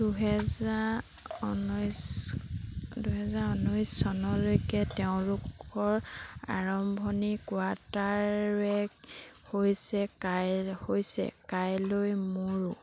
দুহেজাৰ ঊনৈছ দুহেজাৰ ঊনৈছ চনলৈকে তেওঁলোকৰ আৰম্ভণিৰ কোৱাৰ্টাৰবেক হৈছে কাই হৈছে কাইলৈ মোৰু